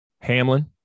Hamlin